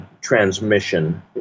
transmission